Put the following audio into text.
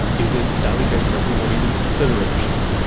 is it sally baker, who won't even consider a machine,